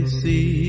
see